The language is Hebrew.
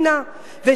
עמדתי היא,